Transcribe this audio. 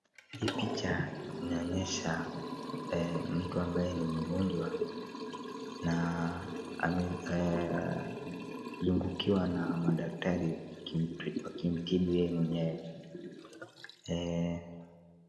Hii picha inaonyesha mtu ambaye ni mgonjwa na amezungukiwa na madaktari wakimtibu yeye mwenyewe.